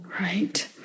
right